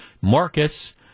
Marcus